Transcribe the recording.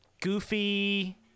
goofy